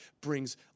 brings